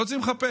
לא צריכים לחפש.